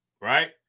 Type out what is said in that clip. Right